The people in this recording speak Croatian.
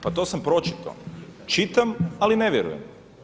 Pa to sam pročito, čitam ali ne vjerujem.